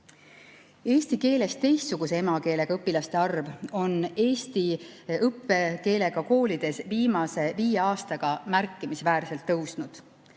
Eesti keelest erineva emakeelega õpilaste arv on eesti õppekeelega koolides viimase viie aastaga märkimisväärselt tõusnud.